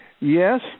Yes